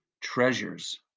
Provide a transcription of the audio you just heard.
treasures